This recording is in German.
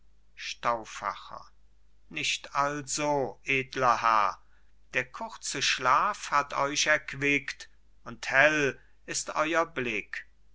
stauffacher nicht also edler herr der kurze schlaf hat euch erquickt und hell ist euer blick